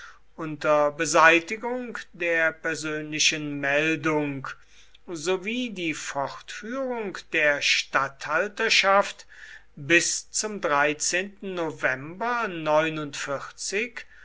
unter beseitigung der persönlichen meldung sowie die fortführung der statthalterschaft bis zum november